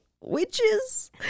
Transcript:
witches